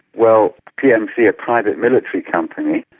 well, pmc, a private military company,